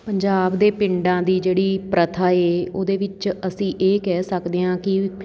ਪੰਜਾਬ ਦੇ ਪਿੰਡਾਂ ਦੀ ਜਿਹੜੀ ਪ੍ਰਥਾ ਏ ਉਹਦੇ ਵਿੱਚ ਅਸੀਂ ਇਹ ਕਹਿ ਸਕਦੇ ਹਾਂ ਕਿ